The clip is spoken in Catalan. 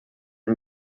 amb